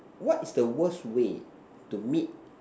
what is the worst way to meet